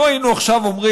לו היינו אומרים: